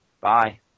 Bye